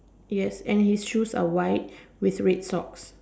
yes and his shoes are white with red socks